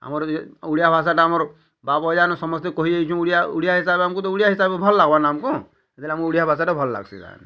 ଆମର୍ ଯେ ଓଡ଼ିଆ ଭାଷାଟା ଆମର୍ ବାପ୍ ଅଜାନୁ ସମସ୍ତେ କହିଯାଇଛୁଁ ଓଡ଼ିଆ ଓଡ଼ିଆ ହିସାବେ ଆମକୁ ତ ଓଡ଼ିଆ ହିସାବେ ଭଲ୍ ଲାଗ୍ବା ନା ଆମ୍ କୁ ସେଥିର୍ ଆମ୍ କୁ ଓଡ଼ିଆ ଭାଷାଟା ଭଲ୍ ଲାଗ୍ସି ତାମାନେ